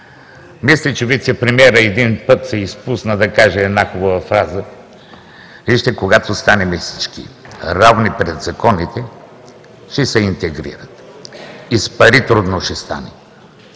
Мисля, че вицепремиерът един път се изпусна да каже една хубава фраза. Вижте, когато станем всички равни пред законите, ще се интегрират. И с пари трудно ще стане.